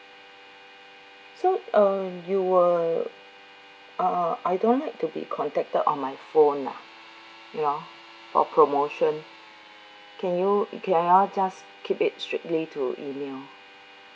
so uh you were uh I don't like to be contacted on my phone lah ya for promotion can you can you all just keep it strictly to email